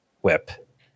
whip